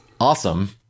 awesome